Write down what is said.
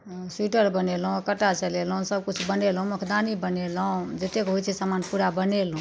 हम स्वेटर बनेलहुँ काटा चलेलहुँ ओ सब किछु बनेलहुँ मोकदानी बनेलहुँ जतेक होइत छै समान पूरा बनेलहुँ